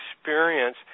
experience